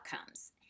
outcomes